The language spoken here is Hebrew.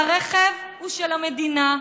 והרכב הוא של המדינה,